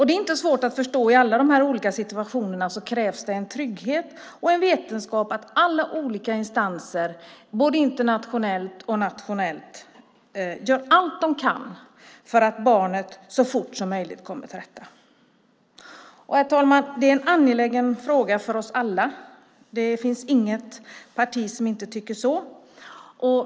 Det är inte svårt att förstå att det i alla de här olika situationerna krävs en trygghet och en vetskap om att alla olika instanser, både internationellt och nationellt, gör allt de kan för att barnet så fort som möjligt ska komma till rätta. Herr talman! Detta är en angelägen fråga för oss alla. Det finns inget parti som inte tycker så.